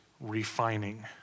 refining